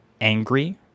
angry